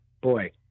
boy